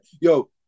Yo